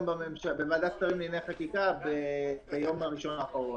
בוועדת השרים לענייני החקיקה ביום ראשון אחרון.